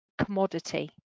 commodity